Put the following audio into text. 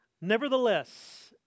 Nevertheless